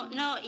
no